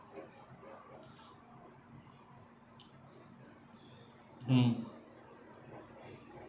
mm